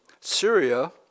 Syria